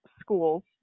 schools